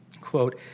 Quote